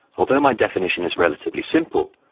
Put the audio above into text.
although my definition is relatively simple,